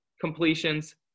completions